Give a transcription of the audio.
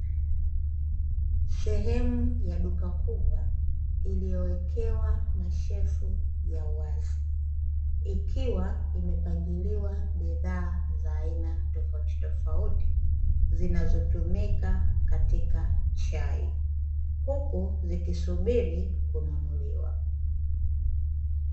Sehemu ya duka kubwa iliyowekewa mashelfu ya wazi, ikiwa imepangiliwa bidhaa za aina tofautitofauti, zinazotumika katika chai, huku zikisubiri kununuliwa.